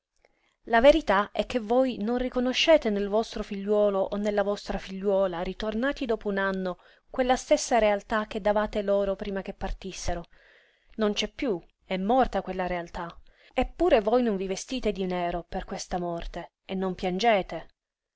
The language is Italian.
la verità è che voi non riconoscete nel vostro figliuolo o nella vostra figliuola ritornati dopo un anno quella stessa realtà che davate loro prima che partissero non c'è piú è morta quella realtà eppure voi non vi vestite di nero per questa morte e non piangete